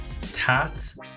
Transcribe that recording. Tats